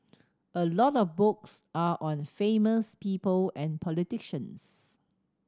a lot of books are on famous people and politicians